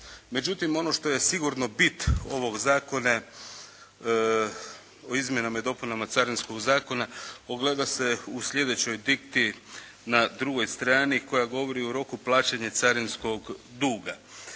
Međutim, ono što je sigurno bit ovog zakona o izmjenama i dopunama Carinskog zakona ogleda se u sljedećoj dikti na drugoj strani koja govori o roku plaćanja carinskog duga.